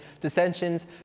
dissensions